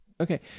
Okay